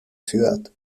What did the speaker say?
ciudad